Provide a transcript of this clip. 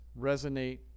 resonate